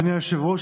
אדוני היושב-ראש,